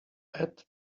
add